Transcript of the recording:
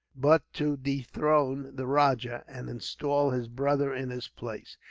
but to dethrone the rajah, and install his brother in his place.